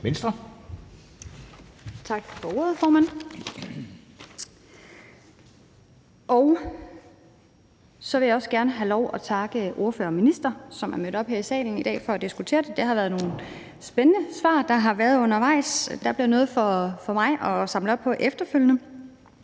Tak for ordet, formand. Jeg vil også gerne have lov til at takke ordførerne og ministeren, som er mødt op her i salen i dag for at diskutere det. Det har været nogle spændende svar, der har været undervejs. Der bliver noget for mig at samle op på efterfølgende.